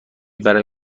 برای